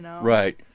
Right